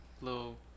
little